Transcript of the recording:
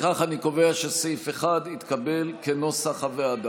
לפיכך אני קובע שסעיף 1 התקבל כנוסח הוועדה.